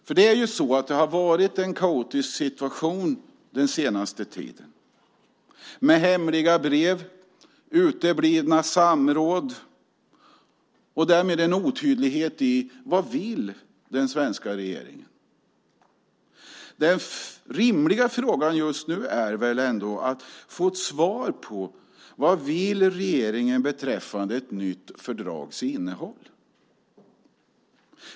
Det har varit en kaotisk situation den senaste tiden, med hemliga brev, uteblivna samråd och därmed en otydlighet om vad den svenska regeringen vill. Den rimliga frågan att få svar på är just nu vad regeringen vill beträffande innehållet i ett nytt fördrag.